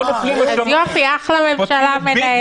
יופי, אחלה ממשלה מנהלת.